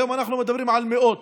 היום אנחנו מדברים על מאות.